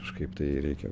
kažkaip tai reikia